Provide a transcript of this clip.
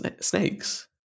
snakes